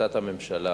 החלטת הממשלה